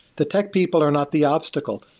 the tech people are not the obstacle,